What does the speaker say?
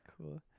Cool